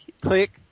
click